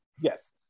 Yes